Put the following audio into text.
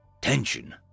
tension